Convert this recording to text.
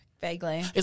Vaguely